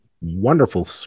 wonderful